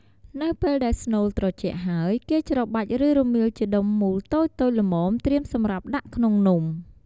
នៅពេលដែលស្នូលត្រជាក់ហើយ គេច្របាច់ ឬរមៀលជាដុំមូលតូចៗល្មម ត្រៀមសម្រាប់ដាក់ក្នុងនំ។